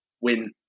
win